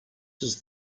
does